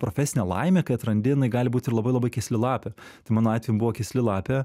profesinė laimė kai atrandi jinai gali būt ir labai labai kėsli lapė tai mano atveju buvo kėsli lapė